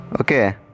Okay